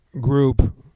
group